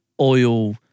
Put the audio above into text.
oil